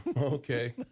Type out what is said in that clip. Okay